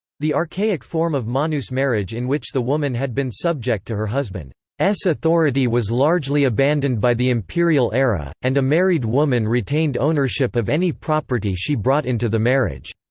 the archaic form of manus marriage in which the woman had been subject to her husband's authority was largely abandoned by the imperial era, and a married woman retained ownership of any property she brought into the marriage.